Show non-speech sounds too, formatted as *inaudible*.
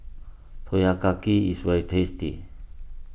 *unintelligible* is very tasty